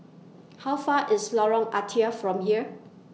How Far IS Lorong Ah Thia from here